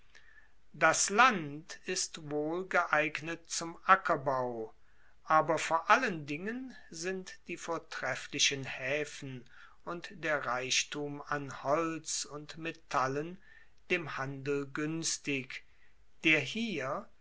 das land ist wohl geeignet zum ackerbau aber vor allen dingen sind die vortrefflichen haefen und der reichtum an holz und metallen dem handel guenstig der hier